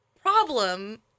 Problem